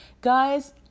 Guys